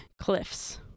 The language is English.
cliffs